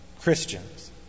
Christians